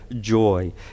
joy